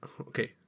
Okay